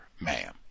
ma'am